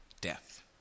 Death